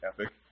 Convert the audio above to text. epic